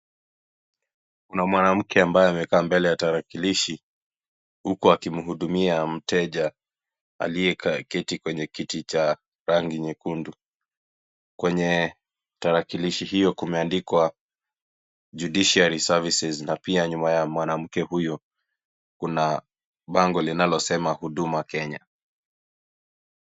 Kuna mwanamke ambaye amekaa mbele ya tarakilishi huku akimhudumia mteja aliyeketi kwenye kiti cha rangi nyekundu, kwenye tarakilishi hiyo kumeandikwa judiciary services , na pia nyuma ya mwanamke huyu kuna bango linalosema Huduma Kenya.